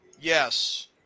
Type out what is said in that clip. Yes